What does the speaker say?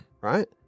right